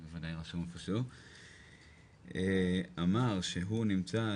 זה בוודאי רשום איפשהו - אמר שהוא נמצא,